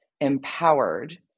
empowered